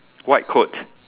white coat